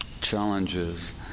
challenges